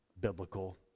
biblical